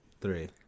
three